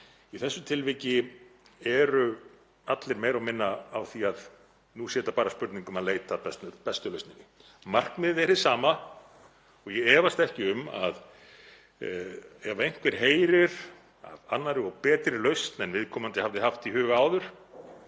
Í þessu tilviki eru allir meira og minna á því að nú sé þetta bara spurning um að leita að bestu lausninni. Markmiðið er hið sama og ég efast ekki um að ef einhver heyrir af annarri og betri lausn en viðkomandi hafði haft í huga áður